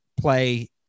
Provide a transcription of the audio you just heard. play